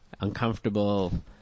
uncomfortable